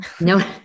No